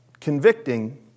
convicting